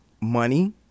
Money